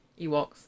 Ewoks